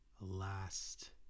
last